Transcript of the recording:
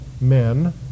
men